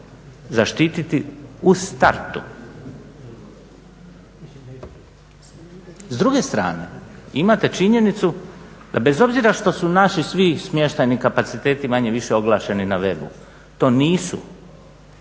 zaštiti u startu. S druge strane imate činjenicu da bez obzira što su naši svi smještajni kapaciteti manje-više oglašeni na webu, to nisu